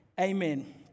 Amen